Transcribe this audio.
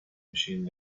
machine